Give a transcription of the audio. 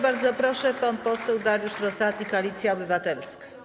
Bardzo proszę, pan poseł Dariusz Rosati, Koalicja Obywatelska.